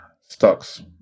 stocks